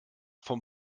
vom